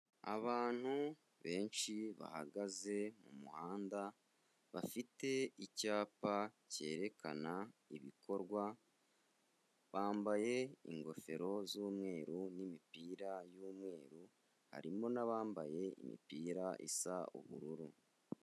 Abantu benshi bahagaze mu muhanda, bafite icyapa cyerekana ibikorwa, bambaye ingofero z'umweru n'imipira y'umweru, harimo n'abambaye imipira isa ubururu.